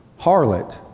harlot